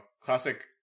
Classic